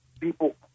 people